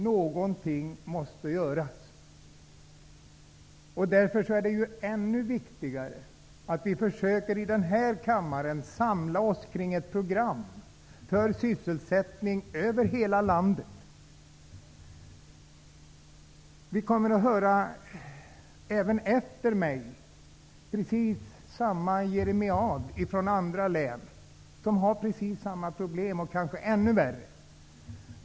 Någonting måste göras! Därför är det ännu viktigare att vi i den här kammaren försöker samla oss kring ett program för sysselsättning över hela landet. Vi kommer efter mig att få höra samma jeremiad av talare från andra län, som har precis samma problem och kanske ännu värre.